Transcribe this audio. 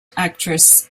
actress